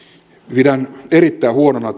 pidän erittäin huonona